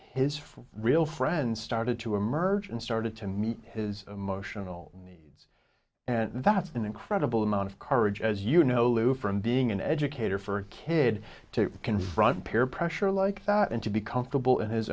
full real friends started to emerge and started to meet his emotional needs and that's an incredible amount of courage as you know lou from being an educator for a kid to confront peer pressure like that and to be comfortable in his